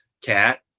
cat